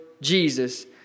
Jesus